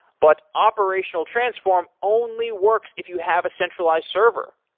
but operational transform only works if you have a centralized server.